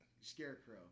Scarecrow